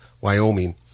wyoming